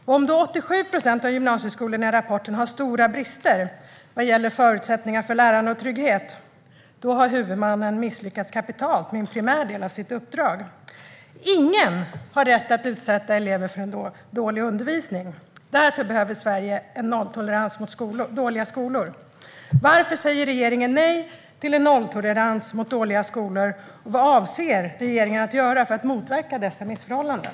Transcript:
Om då 87 procent av gymnasieskolorna i rapporten har stora brister vad gäller förutsättningarna för lärande och trygghet har huvudmannen misslyckats kapitalt med en primär del av sitt uppdrag. Ingen har rätt att utsätta elever för dålig undervisning. Därför behöver Sverige en nolltolerans mot dåliga skolor. Varför säger regeringen nej till en nolltolerans mot dåliga skolor, och vad avser regeringen att göra för att motverka dessa missförhållanden?